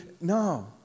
No